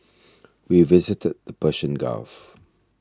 we visited the Persian Gulf